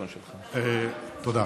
בראש, תודה.